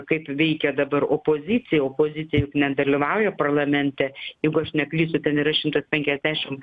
kaip veikia dabar opozicija opozicija juk nedalyvauja parlamente jeigu aš neklystu ten yra šimtas penkiasdešim